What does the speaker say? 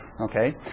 Okay